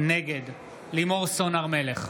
נגד לימור סון הר מלך,